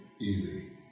easy